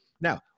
Now